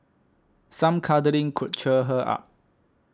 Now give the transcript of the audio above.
some cuddling could cheer her up